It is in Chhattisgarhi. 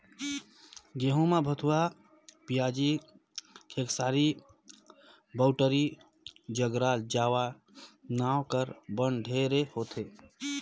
गहूँ में भथुवा, पियाजी, खेकसारी, बउटरी, ज्रगला जावा नांव कर बन ढेरे होथे